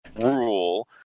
rule